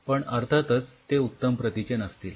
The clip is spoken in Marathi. पण अर्थातच ते उत्तम प्रतीचे नसतील